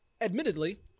admittedly